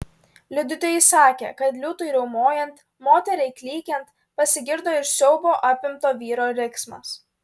liudytojai sakė kad liūtui riaumojant moteriai klykiant pasigirdo ir siaubo apimto vyro riksmas